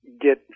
get